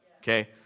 Okay